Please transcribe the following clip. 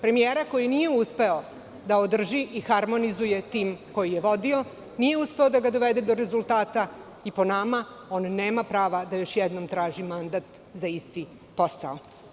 Premijera koji nije uspeo da održi i harmonizuje tim koji je vodio, nije uspeo da ga dovede do rezultata i po nama on nema prava da još jednom traži mandat za isti posao.